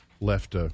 left